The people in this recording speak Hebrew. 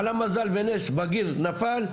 על המזל בנס בגיר נפל,